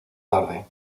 tarde